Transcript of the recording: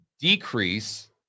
decrease